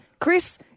Chris